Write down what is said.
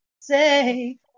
say